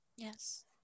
Yes